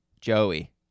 Joey